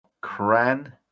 Cran